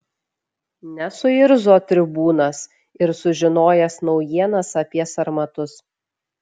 nesuirzo tribūnas ir sužinojęs naujienas apie sarmatus